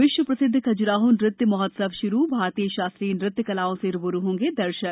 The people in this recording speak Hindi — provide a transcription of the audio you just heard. विश्व प्रसिद्ध खज्राहो नृत्य महोत्सव आज से भारतीय शास्त्रीय नृत्य कलाओं से रूबरू होंगे दर्शक